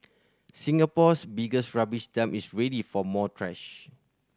Singapore's biggest rubbish dump is ready for more trash